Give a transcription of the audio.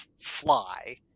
fly